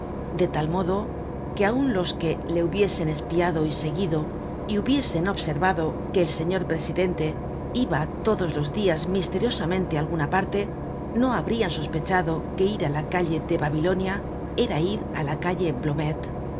de tal modo que aun los que le hubiesen espiado y seguido y hubiesen observado que el señor presidente iba todos los dias misteriosamente á alguna parle no habrian sospechado que ir á la calle de babilonia era ir á la calle